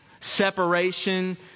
separation